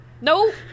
Nope